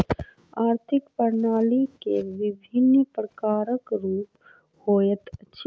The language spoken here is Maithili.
आर्थिक प्रणाली के विभिन्न प्रकारक रूप होइत अछि